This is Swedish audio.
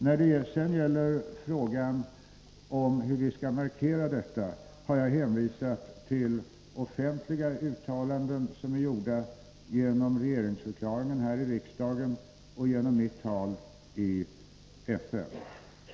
När det sedan gäller frågan om hur vi skall markera detta har jag hänvisat till offentliga uttalanden som är gjorda genom regeringsförklaringen här i riksdagen och genom mitt tal i FN.